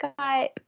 Skype